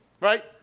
right